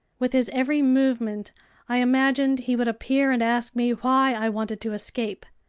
with his every movement i imagined he would appear and ask me why i wanted to escape!